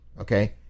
okay